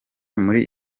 muri